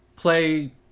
play